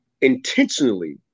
intentionally